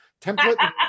Template